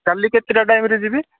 କାଲି କେତେଟା ଟାଇମ ରେ ଯିବି